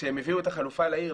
כשהם הביאו את החלופה לעיר,